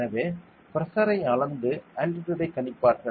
எனவே பிரஷரை அளந்து அல்டிடியூட்டை கணிப்பார்கள்